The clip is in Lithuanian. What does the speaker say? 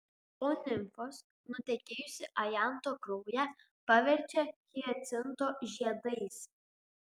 o nimfos nutekėjusį ajanto kraują paverčia hiacinto žiedais